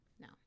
No